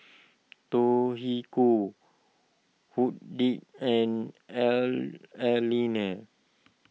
Judyth and Erlene